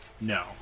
No